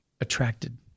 attracted